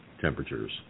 temperatures